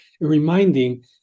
reminding